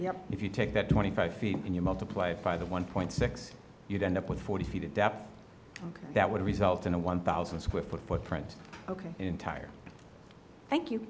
if you take that twenty five feet and you multiply it by the one point six you'd end up with forty feet of depth that would result in a one thousand square foot footprint ok entire thank you